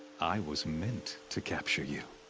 i was meant to capture you.